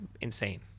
insane